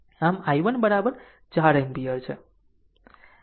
આમ i1 4 ampere છે